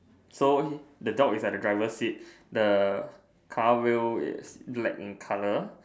so the dog is at the driver seat the car wheel is look like in color